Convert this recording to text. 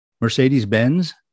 Mercedes-Benz